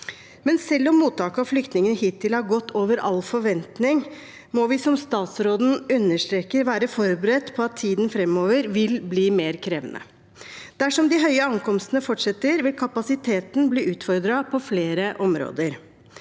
selv om mottak av flyktninger hittil har gått over all forventning, må vi, som statsråden understreker, være forberedt på at tiden framover vil bli mer krevende. Dersom de høye ankomsttallene fortsetter, vil kapasiteten bli utfordret på flere områder.